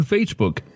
Facebook